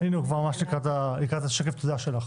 הוא כבר ממש לקראת שקף התודה.